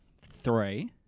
three